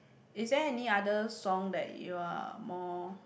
is that any other song that you are more